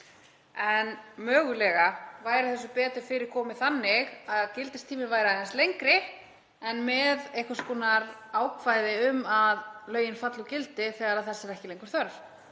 en mögulega væri þessu betur fyrir komið þannig að gildistíminn væri aðeins lengri en þá með einhvers konar ákvæði um að lögin falli úr gildi þegar þeirra er ekki lengur þörf.